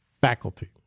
faculty